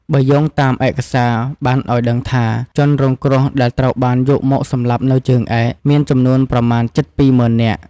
បើយោងទៅតាមឯកសារ បានឲ្យដឹងថា ជនរងគ្រោះដែលត្រូវបានយកមកសម្លាប់នៅជើងឯក មានចំនួនប្រមាណជិត២ម៉ឺននាក់។